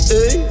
Hey